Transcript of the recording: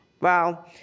wow